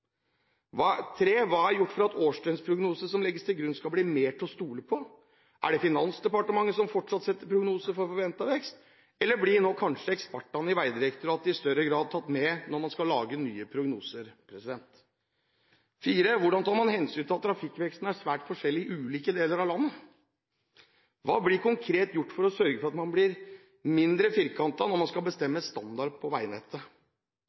gjort for at årsdøgnsprognosene som legges til grunn, skal bli mer til å stole på? Er det Finansdepartementet som fortsatt setter prognosen for forventet vekst, eller blir nå kanskje ekspertene i Vegdirektoratet i større grad tatt med når man skal lage nye prognoser? – Hvordan tar man hensyn til at trafikkveksten er svært forskjellig i ulike deler av landet? – Hva blir konkret gjort for å sørge for at man blir mindre firkantet når man skal bestemme standarden på veinettet?